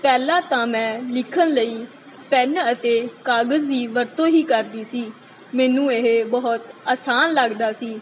ਪਹਿਲਾਂ ਤਾਂ ਮੈਂ ਲਿਖਣ ਲਈ ਪੈਨ ਅਤੇ ਕਾਗਜ਼ ਦੀ ਵਰਤੋਂ ਹੀ ਕਰਦੀ ਸੀ ਮੈਨੂੰ ਇਹ ਬਹੁਤ ਆਸਾਨ ਲੱਗਦਾ ਸੀ